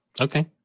Okay